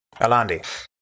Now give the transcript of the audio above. Alandi